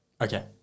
Okay